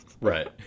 Right